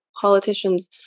politicians